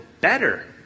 better